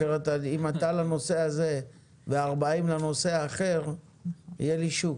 אם אתה לנושא הזה ו-40 לנושא האחר יהיה לי שוק.